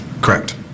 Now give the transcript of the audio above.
correct